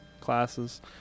classes